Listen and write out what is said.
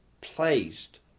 placed